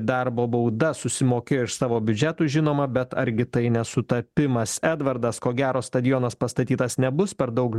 darbo bauda susimokėjo iš savo biudžetų žinoma bet argi tai nesutapimas edvardas ko gero stadionas pastatytas nebus per daug